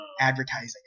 advertising